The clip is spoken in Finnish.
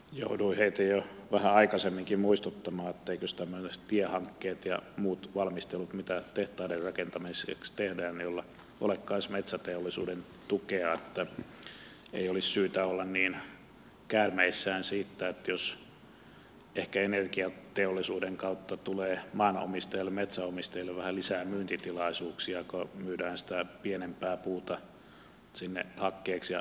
jouduin heti jo vähän aikaisemminkin muistuttamaan että eivätkös tämmöiset tiehankkeet ja muut valmistelut mitä tehtaiden rakentamiseksi tehdään ole kanssa metsäteollisuuden tukea niin että ei olisi syytä olla niin käärmeissään siitä jos energiateollisuuden kautta tulee maanomistajalle metsänomistajalle vähän lisää myyntitilaisuuksia kun myydään sitä pienempää puuta sinne hakkeeksi ja energiakäyttöön